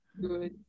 Good